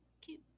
cute